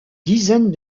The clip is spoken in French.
dizaine